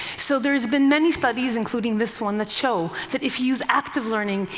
so there's been many studies, including this one, that show that if you use active learning,